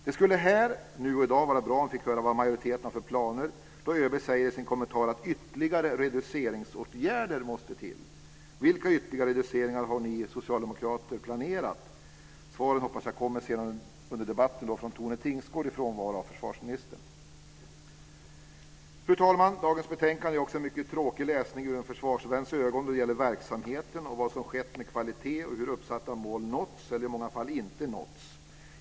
Det skulle nu och här i dag vara bra om vi fick höra vad majoriteten har för planer då ÖB säger i sin kommentar att "ytterligare reduceringsåtgärder måste till". Vilka ytterligare reduceringar har ni socialdemokrater planerat? Svaren hoppas jag kommer senare i debatten i dag från Tone Tingsgård i frånvaro av försvarsministern. Fru talman! Dagens betänkande är också en mycket tråkig läsning - ur en försvarsväns ögon - då det gäller verksamheten och vad som skett med kvalitet och hur uppsatta mål nåtts, eller i många fall inte nåtts.